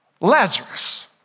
Lazarus